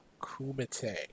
Kumite